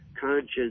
conscience